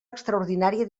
extraordinària